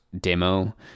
demo